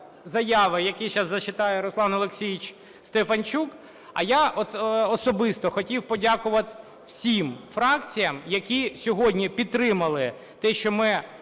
а я особисто хотів подякувати всім фракціям, які сьогодні підтримали те, що ми